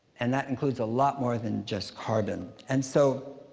and that includes a lot more than just carbon. and so,